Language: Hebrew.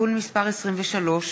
(תיקון מס' 23)